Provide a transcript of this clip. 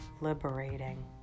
liberating